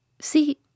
See